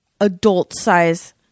adult-size